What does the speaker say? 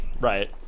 right